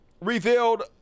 revealed